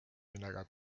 millega